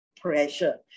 pressure